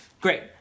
Great